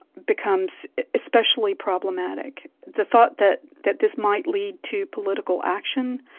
becomes especially problematic. the thought that that this might lead to political action,